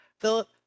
Philip